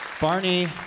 Barney